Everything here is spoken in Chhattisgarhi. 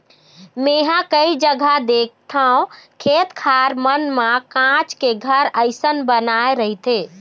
मेंहा कई जघा देखथव खेत खार मन म काँच के घर असन बनाय रहिथे